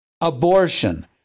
Abortion